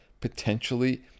potentially